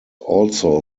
also